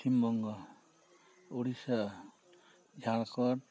Paschim Banga Odisha Jharkhand